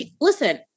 Listen